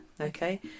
Okay